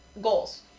goals